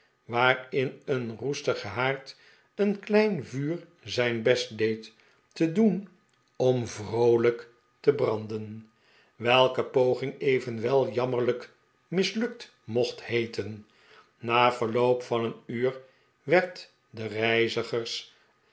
in een roestigen haard een klein vuur zijn best scheen te doen om vroolijk te de pickwick club branden welke poging evenwel jammerlijk mislukt mocht heeten na verloop van een uur werd den reizigers